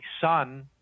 son